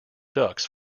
ducks